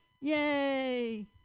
Yay